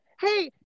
hey